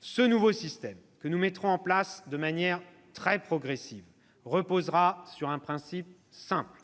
Ce nouveau système, que nous mettrons en place de manière très progressive, reposera sur un principe simple